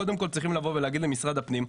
צריכים לבוא ולהגיד למשרד הפנים: